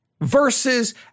versus